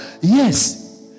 Yes